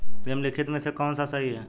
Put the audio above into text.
निम्नलिखित में से कौन सा सही है?